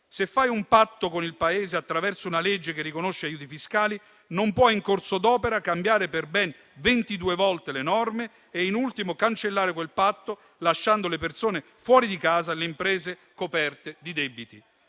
Se fai un patto con il Paese attraverso una legge che riconosce aiuti fiscali, non puoi in corso d'opera cambiare per ben 22 volte le norme e in ultimo cancellare quel patto, lasciando le persone fuori di casa e le imprese coperte di debiti.